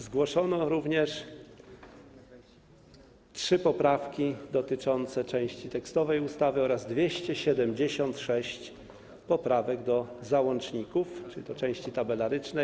Zgłoszono również trzy poprawki dotyczące części tekstowej ustawy oraz 276 poprawek do załączników, czyli do części tabelarycznej.